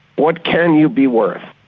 what can you be worth?